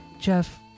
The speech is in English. Jeff